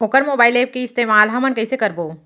वोकर mobile app के इस्तेमाल हमन कइसे करबो?